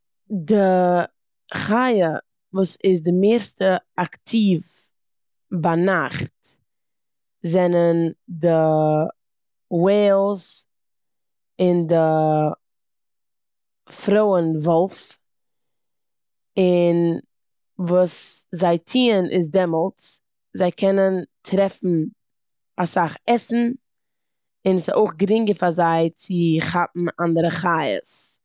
די חיה וואס איז די מערסטע אקטיוו ביינאכט זענען די וועילס, און די פרויען וואלף, און וואס זיי טוען איז דעמאלטס איז זיי קענען טרעפן אסאך עסן און ס'אויך גרינגער פאר זיי צו כאפן אנדערע חיות.